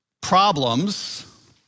problems